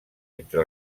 entre